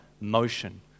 motion